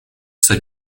sir